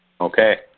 Okay